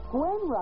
Gwen